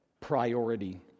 priority